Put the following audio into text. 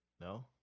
No